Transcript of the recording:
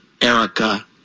Erica